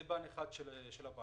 זה פן אחד של הבעיה.